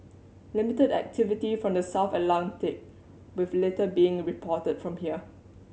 limited activity from the south Atlantic with little being reported from here